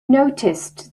noticed